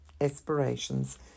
aspirations